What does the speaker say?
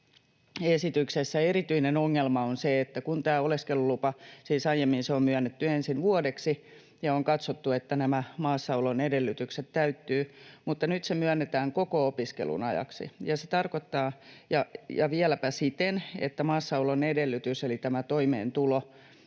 esityksessä erityinen ongelma on se, että tämä oleskelulupa — joka aiemmin on myönnetty ensin vuodeksi ja katsottu, että nämä maassaolon edellytykset täyttyvät — nyt myönnetään koko opiskelun ajaksi ja vieläpä siten, että maassaolon edellytys eli tämä toimeentulo,